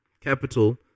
capital